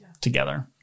together